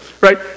Right